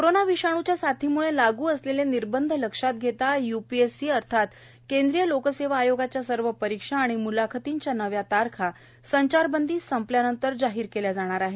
corona विषाणूच्या साथीम्ळे लागू असलेले निर्बंध लक्षात घेता य्पीएससी अर्थात केंद्रीय लोकसेवा आयोगाच्या सर्व परीक्षा आणि म्लाखतींच्या नव्या तारखा संचारबंदी संपल्यानंतर जाहीर केल्या जाणार आहेत